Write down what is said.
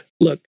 look